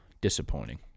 disappointing